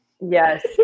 yes